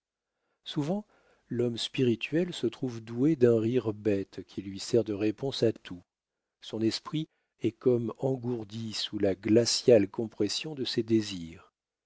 souvent l'homme spirituel se trouve doué d'un rire bête qui lui sert de réponse à tout son esprit est comme engourdi sous la glaciale compression de ses désirs